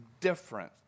different